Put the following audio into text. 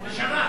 לשנה.